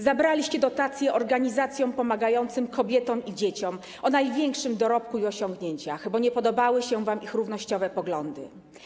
Zabraliście dotacje organizacjom pomagającym kobietom i dzieciom o największym dorobku i osiągnięciach, bo nie podobały się wam ich równościowe poglądy.